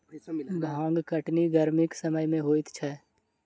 भांग कटनी गरमीक समय मे होइत छै